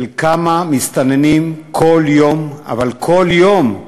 של כמה מסתננים כל יום, אבל כל יום,